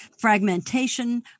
Fragmentation